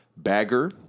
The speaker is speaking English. Bagger